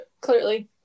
Clearly